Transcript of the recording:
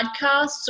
podcasts